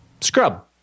Scrub